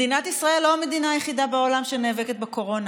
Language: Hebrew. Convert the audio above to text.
מדינת ישראל היא לא המדינה היחידה בעולם שנאבקת בקורונה.